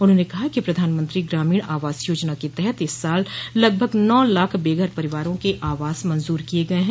उन्होंने कहा कि प्रधानमंत्री ग्रामीण आवास योजना के तहत इस साल लगभग नौ लाख बेघर परिवारों के आवास मंजूर किये गये हैं